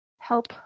help